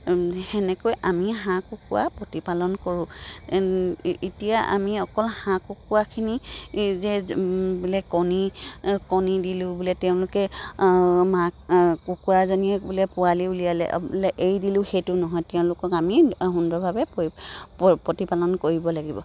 সেনেকৈ আমি হাঁহ কুকৰা প্ৰতিপালন কৰোঁ এতিয়া আমি অকল হাঁহ কুকৰাখিনি যে বোলে কণী কণী দিলোঁ বোলে তেওঁলোকে মাক কুকুৰাজনীয়ে বোলে পোৱালি উলিয়ালে বোলে এৰি দিলোঁ সেইটো নহয় তেওঁলোকক আমি সুন্দৰভাৱে প্ৰতিপালন কৰিব লাগিব